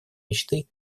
мечты